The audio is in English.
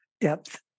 depth